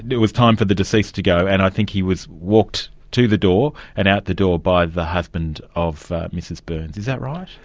it was time for the deceased to go, and i think he was walked to the door and out the door by the husband of mrs byrnes, is that right?